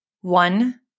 one